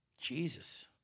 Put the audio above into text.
Jesus